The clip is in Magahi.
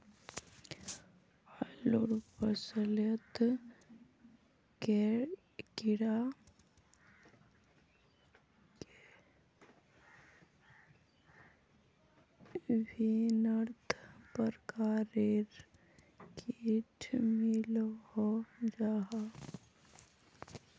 आलूर फसलोत कैडा भिन्न प्रकारेर किट मिलोहो जाहा?